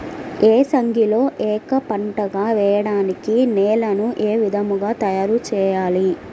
ఏసంగిలో ఏక పంటగ వెయడానికి నేలను ఏ విధముగా తయారుచేయాలి?